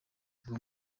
bwo